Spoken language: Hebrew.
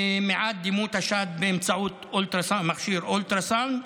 למעט דימות השד באמצעות מכשיר אולטרסאונד,